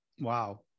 Wow